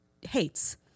hates